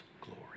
glory